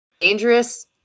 Dangerous